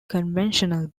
conventional